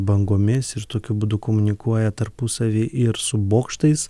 bangomis ir tokiu būdu komunikuoja tarpusavy ir su bokštais